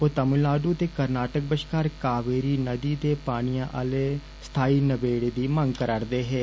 ओ तमिलनाडू ते कर्नाटक बष्कार कावेरी नदी दे पानियै आले स्थाई नबेडे दी मंग करै दे हे